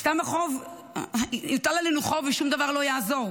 סתם יוטל עלינו חוב ושום דבר לא יעזור.